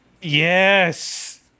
Yes